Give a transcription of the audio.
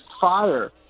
fire